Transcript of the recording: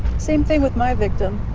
same thing with my victim.